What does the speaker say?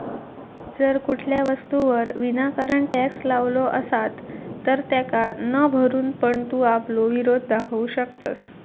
जर कुठल्या वस्तूवर विनाकारण टॅक्स लावलो असात तर तेका न भरून पण तू आपलो विरोध दाखवू शकतंस